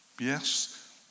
yes